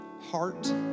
heart